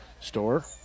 Store